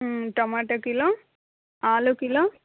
tomato kilo ఆలూ kilo